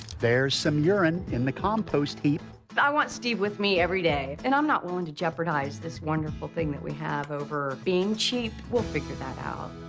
there's some urine in the compost heap. victoria but i want steve with me every day, and i'm not willing to jeopardize this wonderful thing that we have over being cheap. we'll figure that out.